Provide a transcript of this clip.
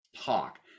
talk